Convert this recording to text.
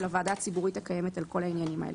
הוועדה הציבורית הקיימת על כל העניינים האלה.